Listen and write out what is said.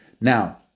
Now